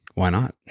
why not?